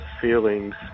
feelings